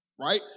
Right